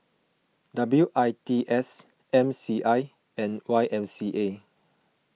W I T S M C I and Y M C A